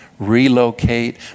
relocate